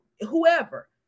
whoever